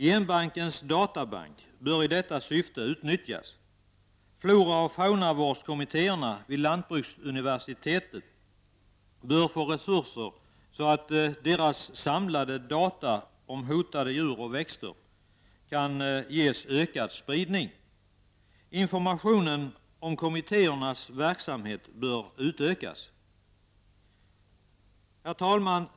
Genbankens databank bör utnyttjas i detta syfte. Floraoch faunavårdskommittéerna vid lantbruksuniversitetet bör få resurser, så att deras samlade data om hotade djur och växter kan ges ökad spridning. Informationen om kommittéernas verksamhet bör utökas. Herr talman!